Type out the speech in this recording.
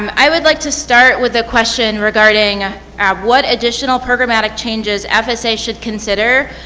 um i would like to start with a question regarding ah what additional problematic changes and fsa should consider,